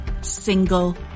single